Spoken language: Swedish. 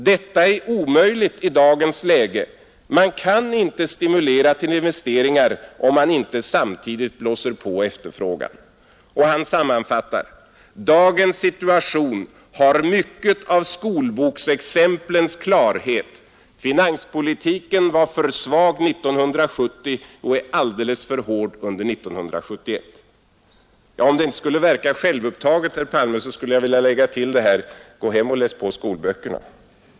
Detta är omöjligt i dagens läge — man kan inte stimulera till investeringar om man inte samtidigt blåser på efterfrågan.” Och han sammanfattar: ”Dagens situation har mycket av skolbokexemplets klarhet — finanspolitiken var för svag 1970 och är alldeles för hård under 1971.” Om det inte skulle verka självupptaget, herr Palme, skulle jag vilja lägga till: Gå hem och läs på skolböckerna!